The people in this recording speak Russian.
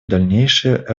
дальнейшей